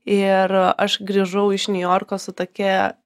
ir aš grįžau iš niujorko su tokia